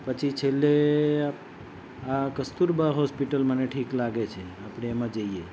પછી છેલ્લે આ કસ્તુરબા હોસ્પિટલ મને ઠીક લાગે છે આપણે એમાં જઈએ